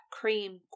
cream